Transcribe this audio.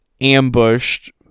ambushed